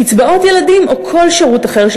קצבאות ילדים או כל שירות אחר של